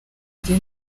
njye